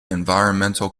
environmental